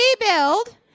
rebuild